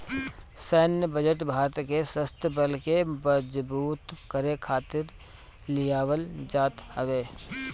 सैन्य बजट भारत के शस्त्र बल के मजबूत करे खातिर लियावल जात हवे